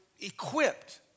equipped